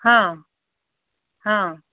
ହଁ ହଁ